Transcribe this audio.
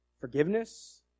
forgiveness